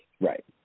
right